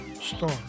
Star